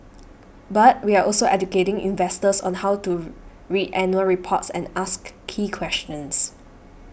but we're also educating investors on how to read annual reports and ask key questions